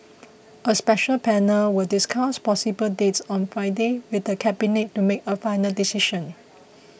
a special panel will discuss possible dates on Friday with the Cabinet to make a final decision